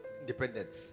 independence